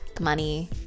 money